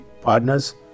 partners